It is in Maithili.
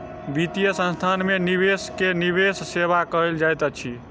वित्तीय संस्थान में निवेश के निवेश सेवा कहल जाइत अछि